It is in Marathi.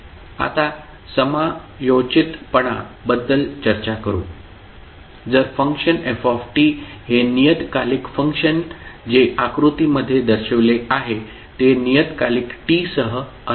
आता समयोचितपणा बद्दल चर्चा करू जर फंक्शन f हे नियतकालिक फंक्शन जे आकृतीमध्ये दर्शविले आहे ते नियतकालिक t सह असते